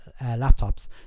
laptops